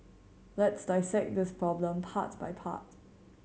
let's dissect this problem part by part